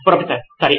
professor సరే